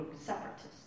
separatists